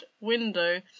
window